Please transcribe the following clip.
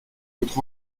montre